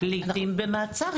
לעיתים במעצר.